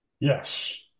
Yes